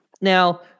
now